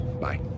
Bye